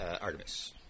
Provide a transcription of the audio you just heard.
Artemis